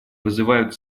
вызывают